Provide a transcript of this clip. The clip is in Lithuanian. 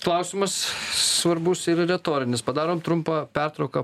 klausimas svarbus ir retorinis padarom trumpą pertrauką